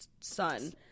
son